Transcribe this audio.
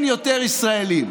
שציינתי,